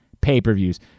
pay-per-views